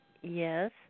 Yes